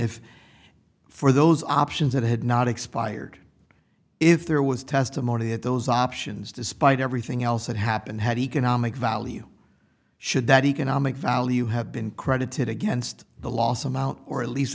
if for those options that had not expired if there was testimony that those options despite everything else that happened had economic value should that economic value have been credited against the loss amount or at least